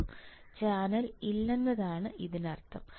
ഒരു ചാനൽ ഇല്ലെന്നാണ് ഇതിനർത്ഥം